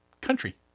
country